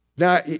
Now